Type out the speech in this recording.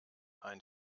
ein